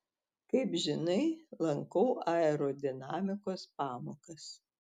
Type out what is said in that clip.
kaip žinai lankau aerodinamikos pamokas